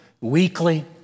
weekly